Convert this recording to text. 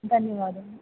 ధన్యవాదాలు